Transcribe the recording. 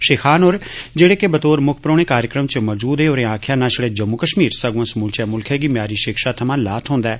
श्री खान होर जेड़े के बतौर मुक्ख परौहने कार्यक्रम च मौजूद हे होरें आक्खेआ न शड़े जम्मू कश्मीर संगुआ समूलचे मुल्खै गी मय्यारी शिक्षा थमां लाह् थ्होंदा ऐ